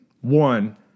one